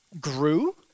grew